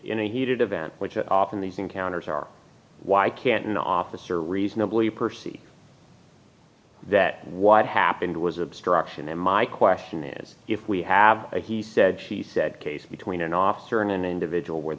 in a heated event which it often these encounters are why can't an officer reasonably percy that what happened was obstruction and my question is if we have a he said she said case between an officer and an individual where